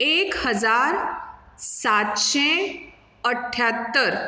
एक हजार सातशें अठ्ठ्यात्तर